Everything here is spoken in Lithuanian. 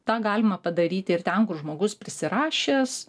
tą galima padaryti ir ten kur žmogus prisirašęs